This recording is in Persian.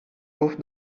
گفت